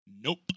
Nope